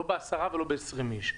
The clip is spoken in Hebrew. לא בעשרה ולא בעשרים איש.